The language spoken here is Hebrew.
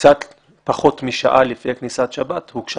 קצת פחות משעה לפני כניסת שבת הוגשה